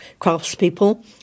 craftspeople